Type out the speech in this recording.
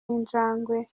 injangwe